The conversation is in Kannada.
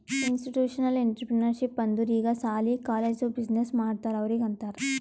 ಇನ್ಸ್ಟಿಟ್ಯೂಷನಲ್ ಇಂಟ್ರಪ್ರಿನರ್ಶಿಪ್ ಅಂದುರ್ ಈಗ ಸಾಲಿ, ಕಾಲೇಜ್ದು ಬಿಸಿನ್ನೆಸ್ ಮಾಡ್ತಾರ ಅವ್ರಿಗ ಅಂತಾರ್